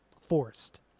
forced